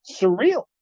surreal